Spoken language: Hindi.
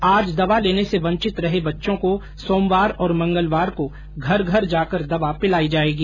आज दवा लेने से वंचित रहे बच्चों को सोमवार और मंगलवार को घर घर जाकर दवा पिलायी जायेगी